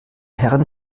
herren